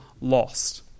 lost